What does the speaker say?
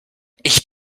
ich